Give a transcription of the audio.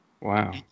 Wow